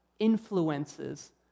influences